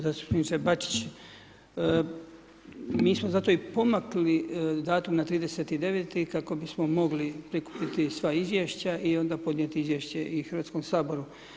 Zastupniče Bačić, mi smo zato i pomakli datum na 30.09. kako bismo mogli prikupiti sva izvješća i onda podnijeti izvješće i Hrvatskom saboru.